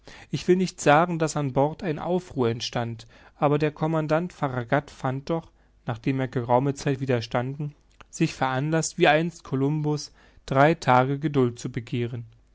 ich will nicht sagen daß an bord ein aufruhr entstand aber der commandant farragut fand doch nachdem er geraume zeit widerstanden sich veranlaßt wie einst columbus drei tage geduld zu begehren